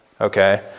Okay